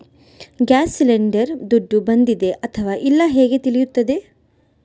Gas cylinder ದುಡ್ಡು ಬಂದಿದೆ ಅಥವಾ ಇಲ್ಲ ಹೇಗೆ ತಿಳಿಯುತ್ತದೆ?